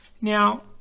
Now